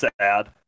sad